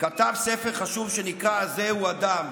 כתב ספר חשוב שנקרא "הזהו אדם?"